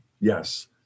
yes